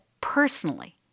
personally